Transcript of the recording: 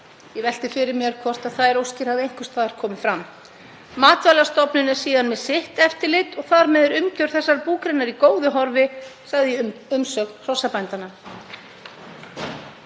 Ég velti því fyrir mér hvort þær óskir hafi einhvers staðar komið fram. Matvælastofnun er síðan með sitt eftirlit og þar með er umgjörð þessarar búgreinar í góðu horfi, sagði í umsögn hrossabænda.